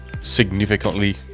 significantly